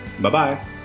Bye-bye